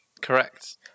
Correct